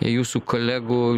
jūsų kolegų